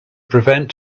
prevent